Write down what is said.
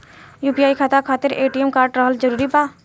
UPI खाता खातिर ATM card रहल जरूरी बा?